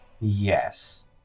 Yes